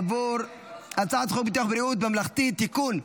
עבור הצעת חוק ביטוח בריאות ממלכתי (תיקון,